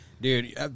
Dude